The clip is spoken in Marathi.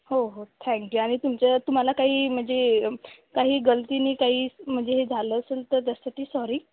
हो हो थँक यू आणि तुमच्या तुम्हाला काही म्हणजे काही गलतीनी काही म्हणजे हे झालं असेल तर त्यासाठी सॉरी